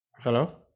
Hello